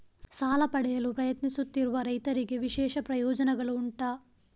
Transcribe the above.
ಸಾಲ ಪಡೆಯಲು ಪ್ರಯತ್ನಿಸುತ್ತಿರುವ ರೈತರಿಗೆ ವಿಶೇಷ ಪ್ರಯೋಜನೆಗಳು ಉಂಟಾ?